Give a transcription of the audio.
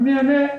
אענה.